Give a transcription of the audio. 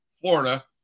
Florida